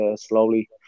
slowly